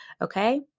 Okay